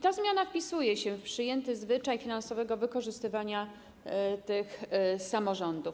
Ta zmiana wpisuje się w przyjęty zwyczaj finansowego wykorzystywania tych samorządów.